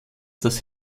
dass